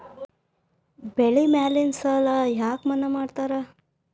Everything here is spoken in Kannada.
ಬೆಳಿ ಮ್ಯಾಗಿನ ಸಾಲ ಯಾಕ ಮನ್ನಾ ಮಾಡ್ತಾರ?